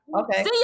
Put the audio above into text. okay